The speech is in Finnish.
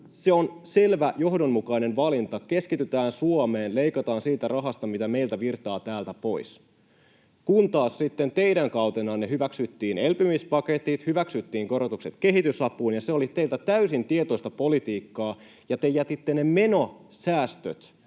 Se on selvä johdonmukainen valinta. Keskitytään Suomeen. Leikataan siitä rahasta, mitä meiltä virtaa täältä pois. Kun taas sitten teidän kautenanne hyväksyttiin elpymispaketit, hyväksyttiin korotukset kehitysapuun, ja se oli teiltä täysin tietoista politiikkaa, ja te jätitte ne menosäästöt,